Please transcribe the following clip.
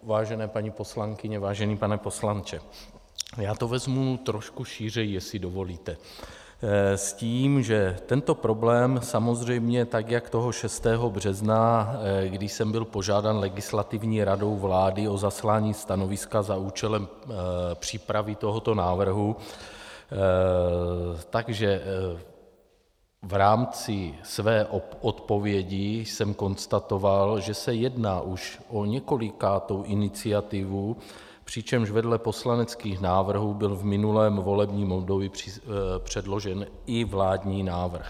Vážené paní poslankyně, vážený pane poslanče, já to vezmu trošku šířeji, jestli dovolíte, s tím, že tento problém, tak jak toho 6. března, když jsem byl požádán Legislativní radou vlády o zaslání stanoviska za účelem přípravy tohoto návrhu, tak v rámci své odpovědi jsem konstatoval, že se jedná už o několikátou iniciativu, přičemž vedle poslaneckých návrhů byl v minulém volebním období předložen i vládní návrh.